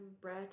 bread